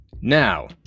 Now